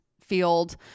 field